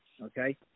okay